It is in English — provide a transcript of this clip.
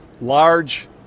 large